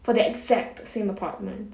for the exact same apartment